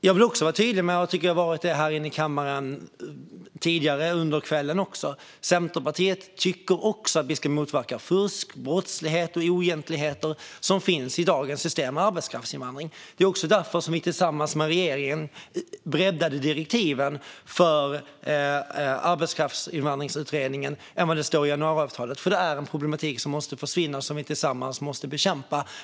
Jag vill också vara tydlig med - jag tycker att jag har varit det här i kammaren tidigare under kvällen också - att Centerpartiet också tycker att vi ska motverka fusk, brottslighet och oegentligheter som finns i dagens system med arbetskraftsinvandring. Det var därför som vi tillsammans med regeringen breddade direktiven för utredningen om arbetskraftsinvandring - det står i januariavtalet - för det är en problematik som måste försvinna och som vi tillsammans måste bekämpa.